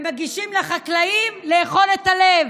ומגישים לחקלאים לאכול את הלב.